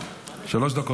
שלי,